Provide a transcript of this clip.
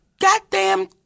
goddamn